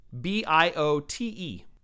B-I-O-T-E